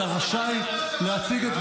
חבר הכנסת לוי רשאי להשמיע את עמדתו.